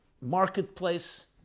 marketplace